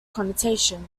connotation